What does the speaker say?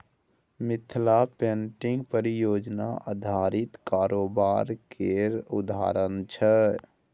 Mithila painting परियोजना आधारित कारोबार केर उदाहरण छै